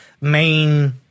main